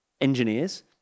engineers